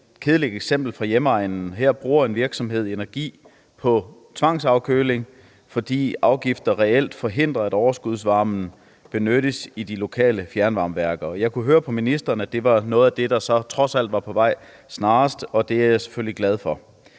kedeligt eksempel fra min hjemegn, hvor en virksomhed bruger energi på tvangsafkøling, fordi afgifter reelt forhindrer, at overskudsvarmen benyttes i de lokale fjernvarmeværker. Og jeg kunne høre på ministeren, at det er noget af det, der trods alt er en løsning på vej på snarest, og det er jeg selvfølgelig glad for.